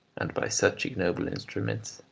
and by such ignoble instruments,